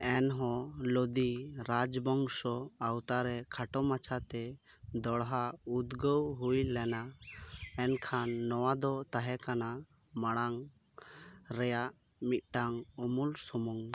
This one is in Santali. ᱮᱱᱦᱚᱸ ᱞᱚᱫᱤ ᱨᱟᱡᱽᱵᱚᱝᱥᱚ ᱟᱣᱛᱟᱨᱮ ᱠᱷᱟᱴᱚ ᱢᱟᱪᱷᱟᱛᱮ ᱫᱚᱦᱲᱟ ᱩᱫᱽᱜᱟᱹᱣ ᱦᱩᱭ ᱞᱮᱱᱟ ᱮᱱᱠᱷᱟᱱ ᱱᱚᱣᱟ ᱫᱚ ᱛᱟᱦᱮᱸ ᱠᱟᱱᱟ ᱢᱟᱲᱟᱝ ᱨᱮᱱᱟᱜ ᱢᱤᱫᱴᱟᱝ ᱩᱢᱩᱞ ᱥᱩᱢᱩᱝ